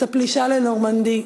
את הפלישה לנורמנדי,